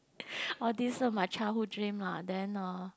all these are my childhood dream lah then uh